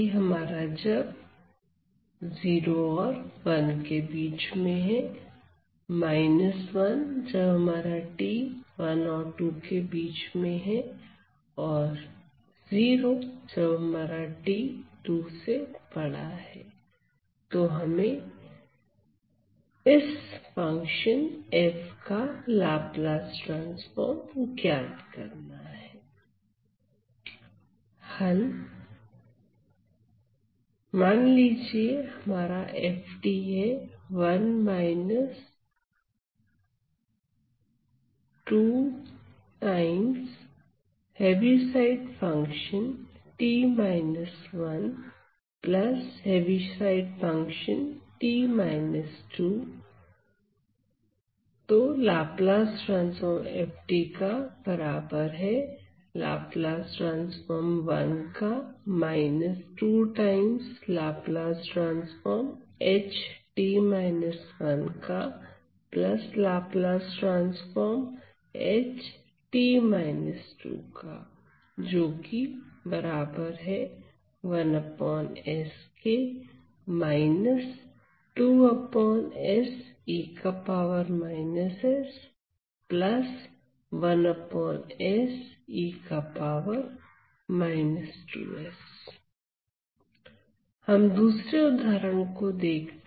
हल हम दूसरे उदाहरण को देखते हैं